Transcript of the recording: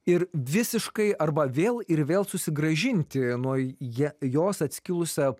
ir visiškai arba vėl ir vėl susigrąžinti nuo jie jos atskilusią